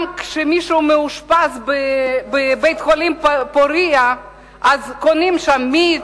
גם כשמישהו מאושפז בבית-חולים "פורייה" קונים שם מיץ,